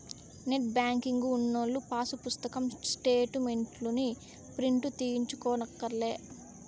net banking ఉన్నోల్లు pass పుస్తకం స్టేటు మెంట్లుని ప్రింటు తీయించుకోనక్కర్లే